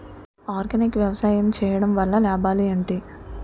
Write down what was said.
Organic గా వ్యవసాయం చేయడం వల్ల లాభాలు ఏంటి?